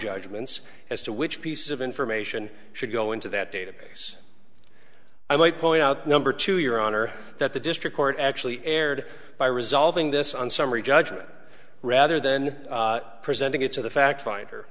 judgments as to which piece of information should go into that database i might point out number two your honor that the district court actually erred by resolving this on summary judgment rather then presenting it to the fact finder